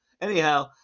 anyhow